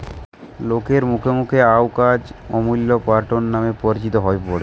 লোকের মুখে মুখে অউ কাজ গা আমূল প্যাটার্ন নামে পরিচিত হই পড়ে